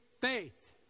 faith